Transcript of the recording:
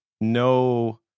no